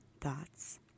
thoughts